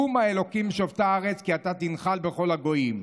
קומה אלהים, שפטה הארץ, כי אתה תנחל בכל הגוים".